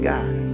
God